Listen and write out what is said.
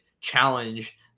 challenge